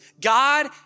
God